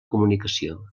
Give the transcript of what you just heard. comunicació